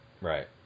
Right